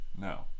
no